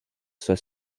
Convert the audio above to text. soit